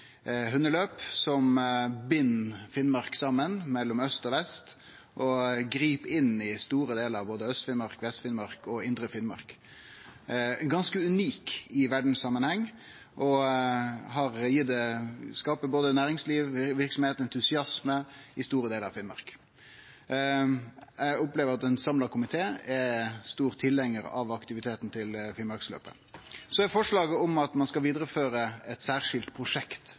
hundeløp som bind Finnmark saman mellom aust og vest og grip inn i store delar av både Aust-Finnmark, Vest-Finnmark og Indre Finnmark. Det er ganske unikt i verdssamanheng og skaper både næringslivsverksemd og entusiasme i store delar av Finnmark. Eg opplever at ein samla komité er store tilhengjarar av aktiviteten til Finnmarksløpet. Så er det forslag om at ein skal vidareføre eit særskilt prosjekt